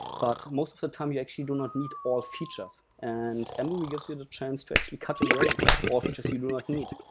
but most of the time you actually do not need all features. and and mruby gives you the chance to actually cut away all features you do not need.